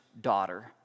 daughter